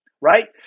right